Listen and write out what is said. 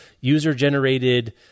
user-generated